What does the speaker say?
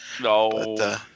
No